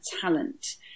talent